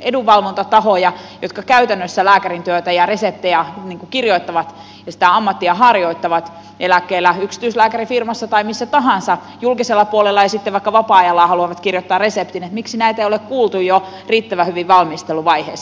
edunvalvontatahoja jotka käytännössä reseptejä kirjoittavat ja lääkärin ammattia harjoittavat eläkkeellä yksityislääkärifirmassa tai missä tahansa julkisella puolella ja sitten vaikka vapaa ajallaan haluavat kirjoittaa reseptin ei ole kuultu riittävän hyvin jo valmisteluvaiheessa